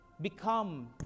become